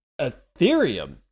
Ethereum